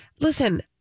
Listen